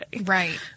Right